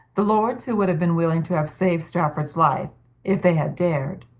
the lords, who would have been willing to have saved strafford's life if they had dared,